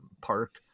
park